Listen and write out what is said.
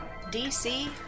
DC